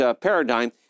paradigm